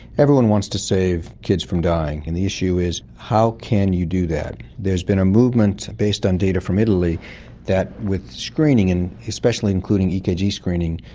everyone wants to save kids from dying, and the issue is how can you do that? there has been a movement based on data from italy that with screening, and especially including ekg screening,